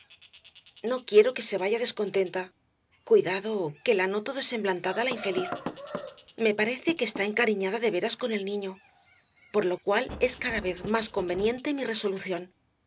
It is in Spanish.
no quiero que se vaya descontenta cuidado que la noto desemblantada á la infeliz me parece que estaba encariñada de veras con el niño por lo cual es cada vez más conveniente mi resolución